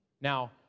Now